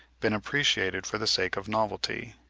been appreciated for the sake of novelty.